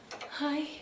hi